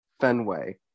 Fenway